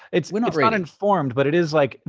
it's but not not informed, but it is like,